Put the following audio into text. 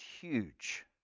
huge